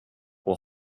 will